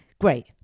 Great